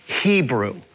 Hebrew